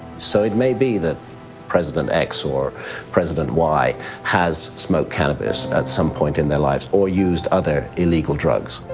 so it may be that president x or president y has smoked cannabis at some point in their lives or used other illegal drugs,